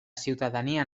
ciutadania